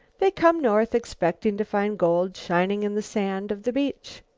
they come north expecting to find gold shining in the sand of the beach.